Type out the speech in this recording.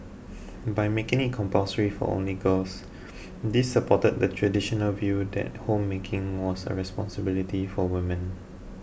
by making it compulsory for only girls this supported the traditional view that homemaking was a responsibility for women